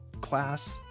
class